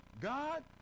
God